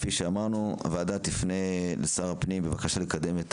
כפי שאמרנו הוועדה תפנה לשר הפנים בבקשה לקדם את